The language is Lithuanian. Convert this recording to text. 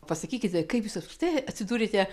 pasakykite kaip jūs apskritai atsidūrėte